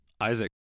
Isaac